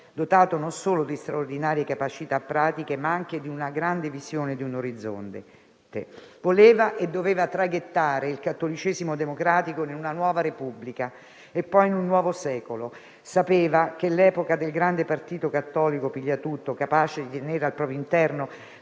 dotato non solo di straordinarie capacità pratiche, ma anche di una grande visione e di un orizzonte. Voleva e doveva traghettare il cattolicesimo democratico in una nuova Repubblica e, poi, in un nuovo secolo. Sapeva che l'epoca del grande partito cattolico pigliatutto, capace di tenere al proprio interno